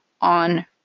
on